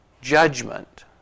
judgment